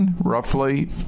roughly